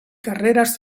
carreras